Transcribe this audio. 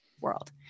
world